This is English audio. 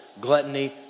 gluttony